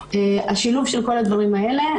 השילוב של כל הדברים האלה,